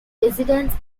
residence